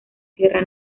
sierra